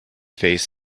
face